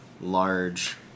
large